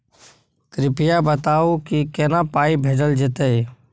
कृपया बताऊ की केना पाई भेजल जेतै?